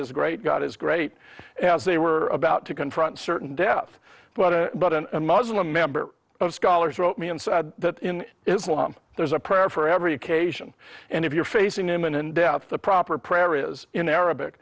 is great god is great as they were about to confront certain death but a button a muslim member of scholars wrote me and said that in islam there's a prayer for every occasion and if you're facing imminent death the proper prayer is in arabic